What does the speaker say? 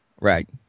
Right